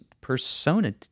persona